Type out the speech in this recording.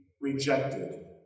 rejected